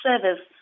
service